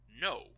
no